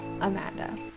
Amanda